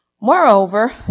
Moreover